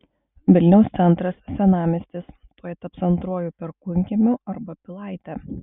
vilniaus centras senamiestis tuoj taps antruoju perkūnkiemiu arba pilaite